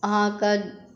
अहाँके